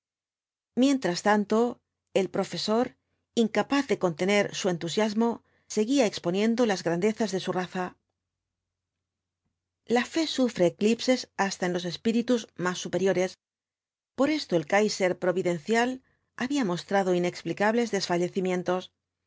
mientras tanto el profesor incapaz de contener su entusiasmo seguía exponiendo las grandezas de su raza la fe sufre eclipses hasta en los espíritus más superiores por esto el kaiser providencial había mostrado inexplicables